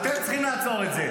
אתם צריכים לעצור את זה.